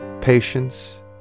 patience